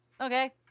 Okay